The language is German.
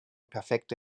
perfekte